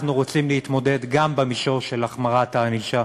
אנחנו רוצים להתמודד גם במישור של החמרת הענישה